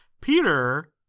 Peter